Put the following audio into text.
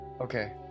Okay